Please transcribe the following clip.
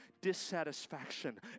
dissatisfaction